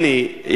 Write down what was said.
הנה,